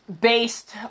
based